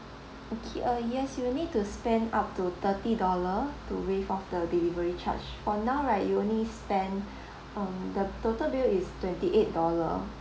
okay uh yes you'll need to spend up to thirty dollar to waive off the delivery charge for now right you only spend um the total bill is twenty eight dollar